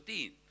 15